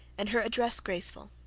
and her address graceful.